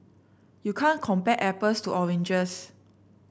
you can't compare apples to oranges